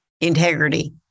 integrity